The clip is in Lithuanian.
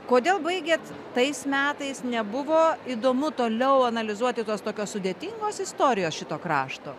kodėl baigiat tais metais nebuvo įdomu toliau analizuoti tos tokios sudėtingos istorijos šito krašto